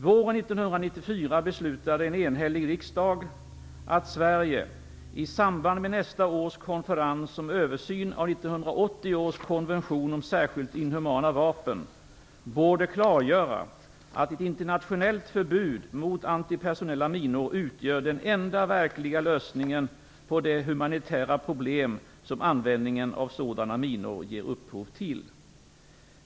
Våren 1994 beslutade en enhällig riksdag att Sverige, i samband med nästa års konferens om översyn av 1980 års konvention om särskilt inhumana vapen, borde klargöra att ett internationellt förbud mot antipersonella minor utgör den enda verkliga lösningaen på de humanitära problem som användningen av sådana minor ger upphov till.